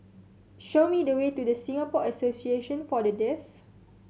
show me the way to Singapore Association For The Deaf